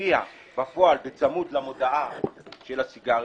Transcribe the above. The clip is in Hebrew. תופיע בפועל בצמוד למודעת הסיגריות,